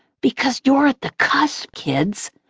because you're at the cusp, kids.